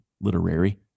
literary